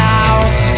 out